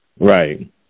Right